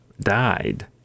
died